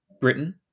Britain